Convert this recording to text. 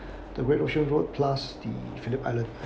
the great ocean road plus the phillip island